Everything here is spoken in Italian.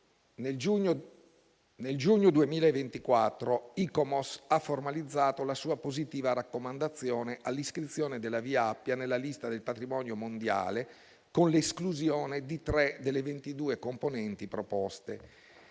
Nel giugno 2024 ICOMOS ha formalizzato la sua positiva raccomandazione all'iscrizione della via Appia nella lista del patrimonio mondiale, con l'esclusione di tre delle 22 componenti proposte.